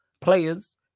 players